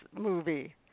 movie